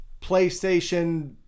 PlayStation